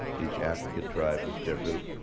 each african tribe is different.